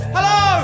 Hello